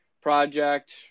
project